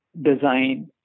design